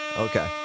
Okay